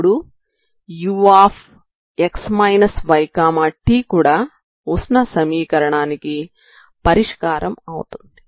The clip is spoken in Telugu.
అప్పుడు ఈ ux yt కూడా ఉష్ణ సమీకరణానికి పరిష్కారం అవుతుంది